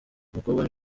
umukobwa